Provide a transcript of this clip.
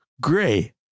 gray